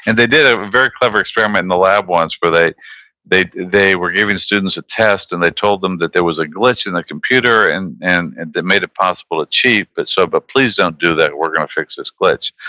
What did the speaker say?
and they did a very clever experiment in the lab once where they they were giving students a test and they told them that there was a glitch in the computer and and and that made it possible to cheat, but so but please don't do that, we're going to fix this glitch.